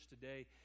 today